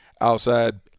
outside